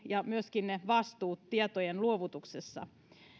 ja vastuut tietojen luovutuksessa